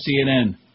CNN